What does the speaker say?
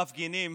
המפגינים,